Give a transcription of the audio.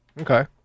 Okay